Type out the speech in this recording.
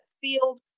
field